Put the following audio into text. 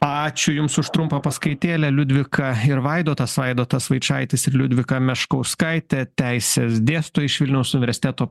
ačiū jums už trumpą paskaitėlę liudvika ir vaidotas vaidotas vaičaitis ir liudvika meškauskaitė teises dėsto iš vilniaus universiteto